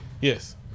Yes